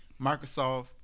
Microsoft